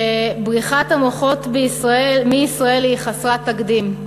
שבריחת המוחות מישראל היא חסרת תקדים.